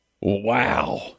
Wow